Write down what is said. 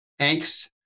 angst